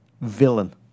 villain